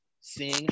seeing